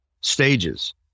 stages